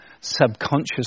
subconscious